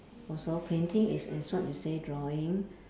also painting is as what you say drawing